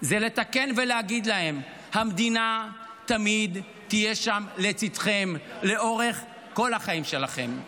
זה לתקן ולהגיד להם: המדינה תמיד תהיה שם לצידכם לאורך כל החיים שלכם.